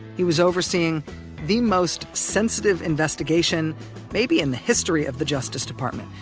he was overseeing the most sensitive investigation maybe in the history of the justice department,